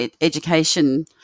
education